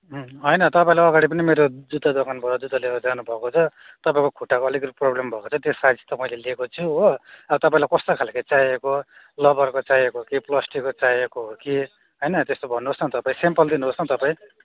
उम् होइन तपाईँलाई अगाडि पनि मेरो जुत्ता दोकानबाट जुत्ता लिएर जानु भएको छ तपाईँको खुट्टाको अलिकति प्रब्लम भएको छ त्यो साइज त मैले लिएको छु हो अब तपाईँलाई कस्तो खाल्के चाहिएको लबरको चाहिएको हो कि प्लास्टिकको चाहिएको हो कि होइन त्यस्तो भन्नुहोस् न तपाईँ स्याम्पल दिनुहोस् न तपाईँ